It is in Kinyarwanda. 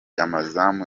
amazamu